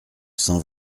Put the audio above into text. cent